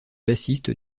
bassiste